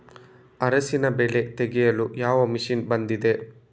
ಅರಿಶಿನ ಬೆಳೆ ತೆಗೆಯಲು ಯಾವ ಮಷೀನ್ ಬಂದಿದೆ?